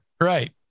Right